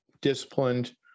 disciplined